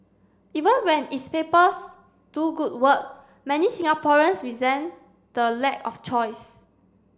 even when its papers do good work many Singaporeans resent the lack of choice